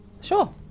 Sure